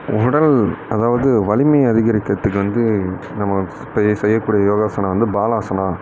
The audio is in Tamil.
உடல் அதாவது வலிமை அதிகரிக்கிறதுக்கு வந்து நம்ம இப்போ செய்யக்கூடிய யோகாசனம் வந்து பாலாசானா